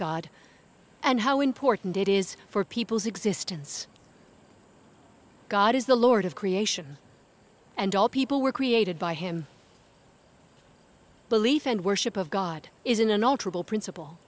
god and how important it is for people's existence god is the lord of creation and all people were created by him belief and worship of god is an unalterable principle